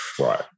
Right